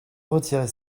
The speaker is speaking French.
retirer